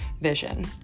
vision